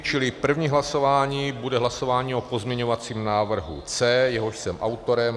Čili první hlasování bude hlasování o pozměňovacím návrhu C, jehož jsem autorem.